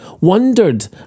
wondered